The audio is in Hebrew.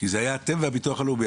כי זה היה אתם והביטחון הלאומי.